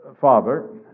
Father